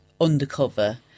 undercover